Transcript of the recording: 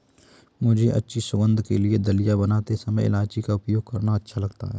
मुझे अच्छी सुगंध के लिए दलिया बनाते समय इलायची का उपयोग करना अच्छा लगता है